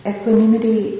Equanimity